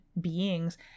beings